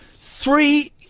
three